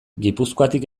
gipuzkoatik